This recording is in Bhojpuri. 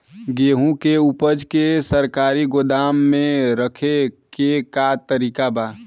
गेहूँ के ऊपज के सरकारी गोदाम मे रखे के का तरीका बा?